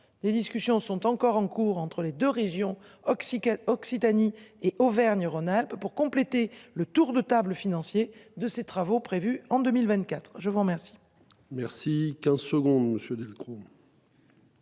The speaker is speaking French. Des discussions sont encore en cours entre les deux régions Oxygen Occitanie et Auvergne-Rhône-Alpes. Pour compléter le tour de table financier de ces travaux prévus en 2024. Je vous remercie.